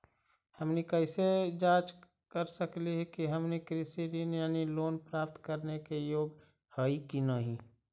हमनी कैसे जांच सकली हे कि हमनी कृषि ऋण यानी लोन प्राप्त करने के योग्य हई कि नहीं?